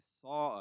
saw